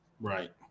right